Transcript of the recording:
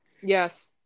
yes